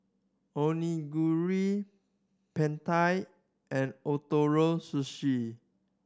Onigiri Pad Thai and Ootoro Sushi